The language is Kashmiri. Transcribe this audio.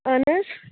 اہَن حظ